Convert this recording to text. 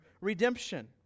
redemption